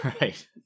Right